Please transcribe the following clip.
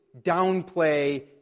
downplay